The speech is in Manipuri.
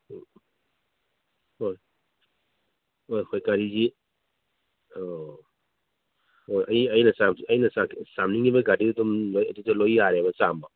ꯎꯝ ꯍꯣꯏ ꯍꯣꯏ ꯍꯣꯏ ꯒꯥꯔꯤꯒꯤ ꯑꯧ ꯑꯣ ꯑꯩꯅ ꯆꯥꯝꯅꯤꯡꯉꯤꯕ ꯒꯥꯔꯤ ꯑꯗꯨꯝ ꯂꯣꯏ ꯑꯗꯨꯗ ꯂꯣꯏ ꯌꯥꯔꯦꯕ ꯆꯥꯝꯕ